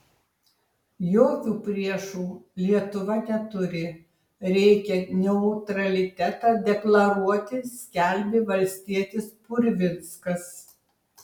jokių priešų lietuva neturi reikia neutralitetą deklaruoti skelbė valstietis purvinskas